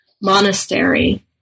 monastery